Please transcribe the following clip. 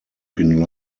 bin